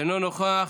אינו נוכח,